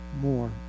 more